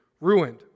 ruined